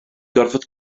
gorfod